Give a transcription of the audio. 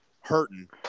hurting